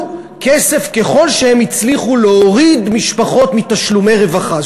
כסף ככל שהן הצליחו להוריד משפחות מתשלומי רווחה.